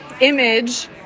image